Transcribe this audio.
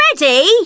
ready